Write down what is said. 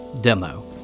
demo